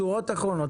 שורות אחרונות,